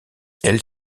elle